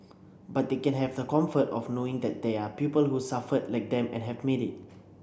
but they can have the comfort of knowing that there are people who suffered like them and have made it